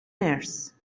nurse